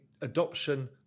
adoption